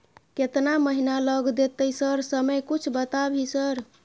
केतना महीना लग देतै सर समय कुछ बता भी सर?